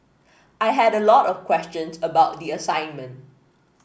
I had a lot of questions about the assignment